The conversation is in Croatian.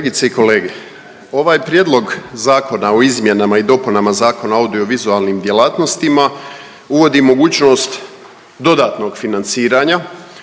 Kolegice i kolege, ovaj Prijedlog zakona o izmjenama i dopunama Zakona o audio-vizualnim djelatnostima uvodi mogućnost dodatnog financiranja